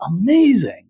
amazing